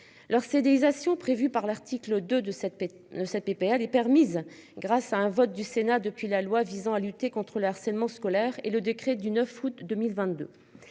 ces délégations prévue par l'article 2 de cette de cette PPA permise grâce à un vote du Sénat. Depuis la loi visant à lutter contre le harcèlement scolaire et le décret du 9 août 2022.